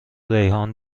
ریحان